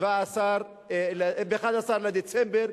11 בדצמבר,